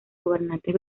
gobernantes